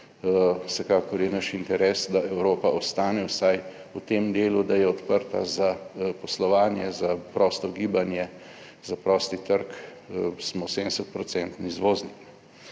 Vsekakor je naš interes, da Evropa ostane vsaj v tem delu, da je odprta za poslovanje, za prosto gibanje, za prosti trg. Smo 70 % izvoznik.